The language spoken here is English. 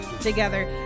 together